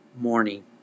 morning